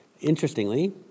Interestingly